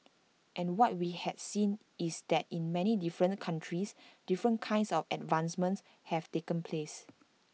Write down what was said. and what we had seen is that in many different countries different kinds of advancements have taken place